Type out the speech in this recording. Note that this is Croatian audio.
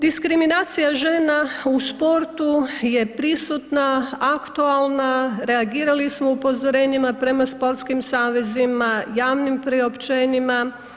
Diskriminacija žena u sportu je prisutna, aktualna, reagirali smo upozorenjima prema sportskim savezima, javnim priopćenjima.